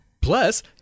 Plus